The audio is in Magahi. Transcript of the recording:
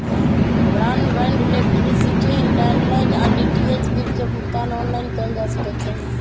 ब्रॉडबैंड, इलेक्ट्रिसिटी, लैंडलाइन आऽ डी.टी.एच बिल के भुगतान ऑनलाइन कएल जा सकइ छै